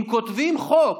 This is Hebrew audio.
אם כותבים חוק